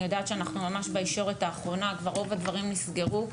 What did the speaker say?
אני יודעת שאנחנו ממש בישורת האחרונה וכי רוב הדברים כבר נסגרו.